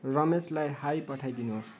रमेशलाई hi पठाइदिनु होस्